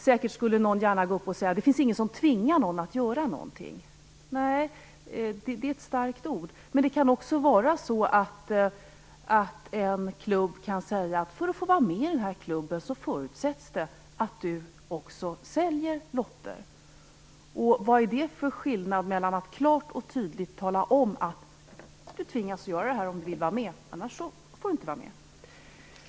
Säkert skulle någon gärna gå upp och säga att det inte finns någon som tvingar någon att göra någonting. Det är ett stark ord. Men det kan också vara så att en klubb kan säga att för att få vara med i den klubben så förutsätts det att man också säljer lotter. Vad är det för skillnad mot att klart och tydligt tala om att man tvingas göra detta om man vill vara med, annars får man inte vara med?